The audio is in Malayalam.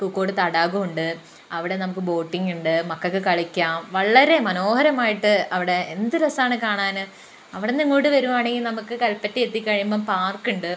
പൂക്കോട് തടാകമുണ്ട് അവിടെ നമുക്ക് ബോട്ടിങ്ങുണ്ട് മക്കൾക്ക് കളിക്കാം വളരെ മനോഹരമായിട്ട് അവിടെ എന്ത് രസാണ് കാണാന് അവിടന്നങ്ങോട്ട് വരുവാണേൽ നമുക്ക് കൽപ്പറ്റയെത്തിക്കഴിയുമ്പം പാർക്കുണ്ട്